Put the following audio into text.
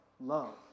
love